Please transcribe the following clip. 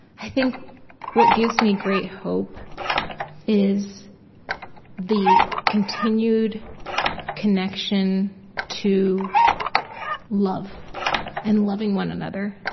i think what gives me great hope is the continued connection to love and loving one another.